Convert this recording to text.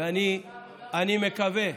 ואני מקווה,